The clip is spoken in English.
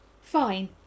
Fine